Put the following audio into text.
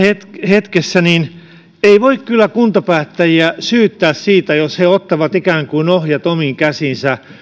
hetkessä ei voi kyllä kuntapäättäjiä syyttää siitä jos he ottavat ikään kuin ohjat omiin käsiinsä